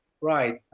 Right